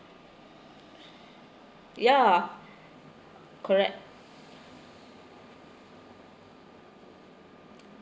ya correct